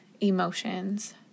emotions